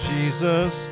Jesus